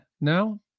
now